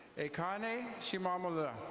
akani shimamorla.